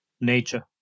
nature